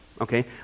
okay